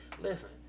Listen